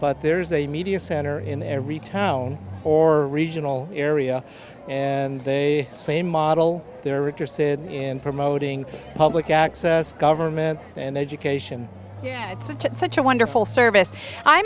but there is a media center in every town or regional area and they same model they're interested in promoting public access government and education yeah it's such a wonderful service i